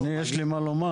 אני, יש לי מה לומר.